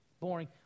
boring